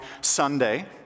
Sunday